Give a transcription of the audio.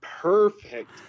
perfect